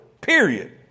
period